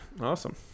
awesome